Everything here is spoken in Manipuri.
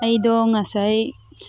ꯑꯩꯗꯣ ꯉꯁꯥꯏ